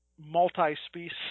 multi-species –